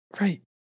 right